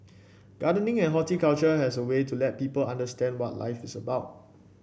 gardening and horticulture has a way to let people understand what life is about